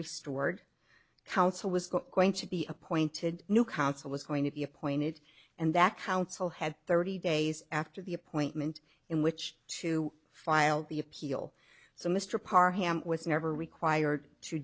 restored counsel was going to be appointed new counsel was going to be appointed and that counsel had thirty days after the appointment in which to file the appeal so mr parr ham was never required to